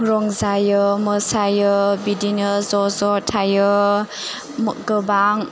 रंजायो मोसायो बिदिनो ज' ज' थायो गोबां